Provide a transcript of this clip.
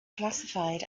classified